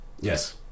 Yes